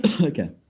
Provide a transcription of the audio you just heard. Okay